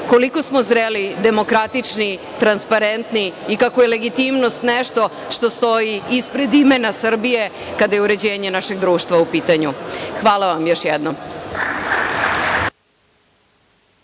koliko smo zreli, demokratični, transparentni i kako je legitimnost nešto što stoji ispred imena Srbije kada je uređenje našeg društva u pitanju. Hvala vam još jednom.